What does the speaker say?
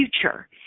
future